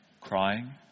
crying